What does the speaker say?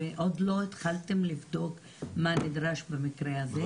עוד לא התחלתם לבדוק מה נדרש במקרה הזה?